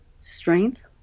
strength